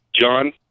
John